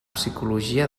psicologia